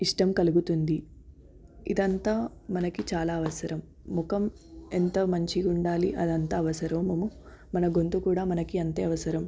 ఇష్టం కలుగుతుంది ఇదంతా మనకి చాలా అవసరం ముఖం ఎంత మంచిగుండాలి అదంతా అవసరమమో మన గొంతు కూడా మనకి అంతే అవసరం